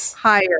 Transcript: higher